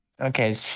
okay